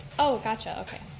oh, gotcha, okay.